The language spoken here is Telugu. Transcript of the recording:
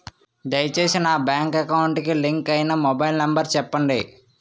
దయచేసి నా బ్యాంక్ అకౌంట్ కి లింక్ అయినా మొబైల్ నంబర్ చెప్పండి